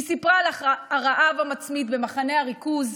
היא סיפרה על הרעב המצמית במחנה הריכוז,